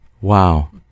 Wow